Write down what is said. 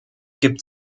gibt